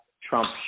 Trump